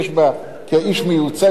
האיש מיוצג על-ידי עורך-דין,